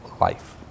life